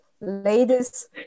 Ladies